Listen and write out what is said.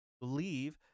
believe